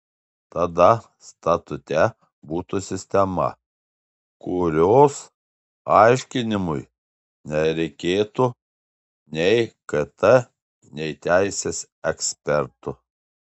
tada statute būtų sistema kurios aiškinimui nereikėtų nei kt nei teisės ekspertų